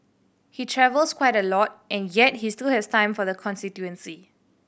he travels quite a lot and yet he still has time for the constituency